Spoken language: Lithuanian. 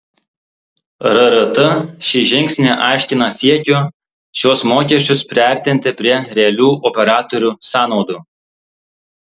rrt šį žingsnį aiškina siekiu šiuos mokesčius priartinti prie realių operatorių sąnaudų